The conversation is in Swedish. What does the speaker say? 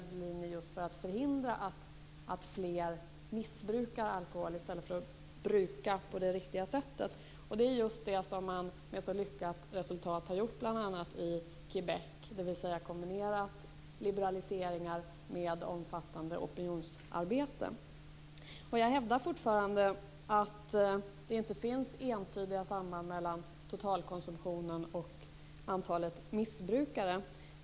Detta skall man göra just för att förhindra att fler missbrukar alkohol i stället för att bruka det på ett riktigt sätt. Det är just det som man med så lyckat resultat har gjort i bl.a. Quebec. Man har kombinerat liberaliseringar med omfattande opinionsarbete. Jag hävdar fortfarande att det inte finns entydiga samband mellan totalkonsumtionen och antalet missbrukare.